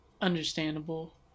understandable